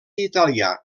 italià